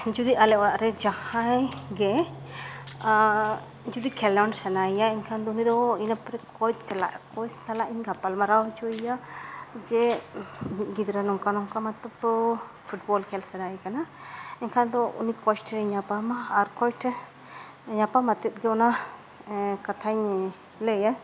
ᱡᱩᱫᱤ ᱟᱞᱮ ᱚᱲᱟᱜ ᱨᱮ ᱡᱟᱦᱟᱸᱭ ᱜᱮ ᱡᱩᱫᱤ ᱠᱷᱮᱞᱳᱰ ᱥᱟᱱᱟᱭᱮᱭᱟ ᱮᱱᱠᱷᱟᱱ ᱫᱚ ᱩᱱᱤᱫᱚ ᱠᱳᱪ ᱥᱟᱞᱟᱜ ᱠᱳᱪ ᱥᱟᱞᱟᱜ ᱤᱧ ᱜᱟᱯᱟᱞ ᱢᱟᱨᱟᱣ ᱦᱚᱪᱚᱭᱮᱭᱟ ᱡᱮ ᱜᱤᱫᱽᱨᱟᱹ ᱱᱚᱝᱠᱟ ᱱᱚᱝᱠᱟ ᱢᱟᱛᱚ ᱯᱷᱩᱴᱵᱚᱞ ᱠᱷᱮᱞ ᱥᱟᱱᱟᱭᱮ ᱠᱟᱱᱟ ᱮᱱᱠᱷᱟᱱ ᱫᱚ ᱩᱱᱤ ᱠᱳᱪ ᱴᱷᱮᱱᱤᱧ ᱧᱟᱯᱟᱢᱟ ᱟᱨ ᱠᱳᱪ ᱴᱷᱮᱱ ᱧᱟᱯᱟᱢ ᱟᱛᱮᱫ ᱜᱮ ᱚᱱᱟ ᱠᱟᱛᱷᱟᱧ ᱞᱟᱹᱭᱟ